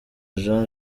jean